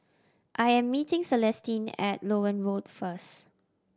I am meeting Celestine at Loewen Road first